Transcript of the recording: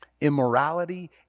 Immorality